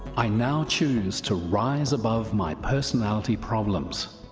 i now choose to rise above my personality problems,